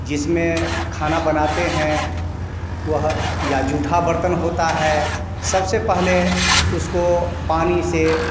जिसमें खाना बनाते हैं वह या झूठा बर्तन होता है सबसे पहले उसको पानी से